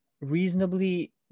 reasonably